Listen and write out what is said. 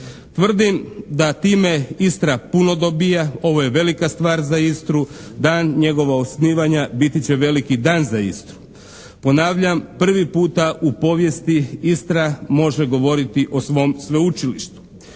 Tvrdim da time Istra puno dobija, ovo je velika stvar za Istru, dan njegova osnivanja biti će veliki dan za Istru. Ponavljam, prvi puta u povijesti Istra može govoriti o svom sveučilištu.